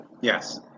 Yes